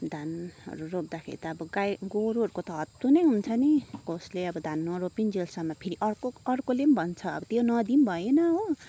धानहरू रोप्दाखेरि त अब गाई गोरुहरूको त हत्तु नै हुन्छ नि कसले अब धान नरोपिन्जेलसम्म फेरि अर्को अर्कोले पनि भन्छ त्यहाँ नदिएर पनि भएन हो